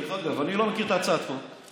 דרך אגב, אני לא מכיר את הצעת החוק.